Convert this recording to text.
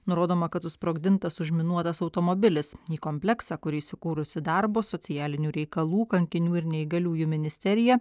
nurodoma kad susprogdintas užminuotas automobilis į kompleksą kur įsikūrusi darbo socialinių reikalų kankinių ir neįgaliųjų ministerija